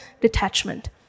detachment